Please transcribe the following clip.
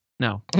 No